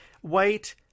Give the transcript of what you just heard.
White